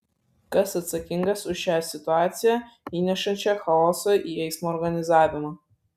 kas atsakingas už šią situaciją įnešančią chaoso į eismo organizavimą